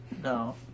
No